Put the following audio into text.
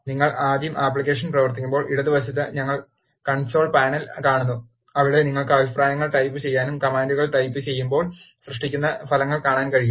നിങ്ങൾ ആദ്യം ആപ്ലിക്കേഷൻ പ്രവർത്തിപ്പിക്കുമ്പോൾ ഇടതുവശത്ത് ഞങ്ങൾ കൺസോൾ പാനൽ കാണുന്നു അവിടെ നിങ്ങൾക്ക് അഭിപ്രായങ്ങളിൽ ടൈപ്പുചെയ്യാനും കമാൻഡുകളിൽ ടൈപ്പുചെയ്യുമ്പോൾ സൃഷ്ടിക്കുന്ന ഫലങ്ങൾ കാണാനും കഴിയും